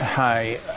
Hi